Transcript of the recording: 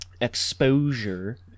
exposure